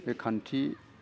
बे खान्थि